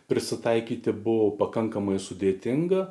prisitaikyti buvo pakankamai sudėtinga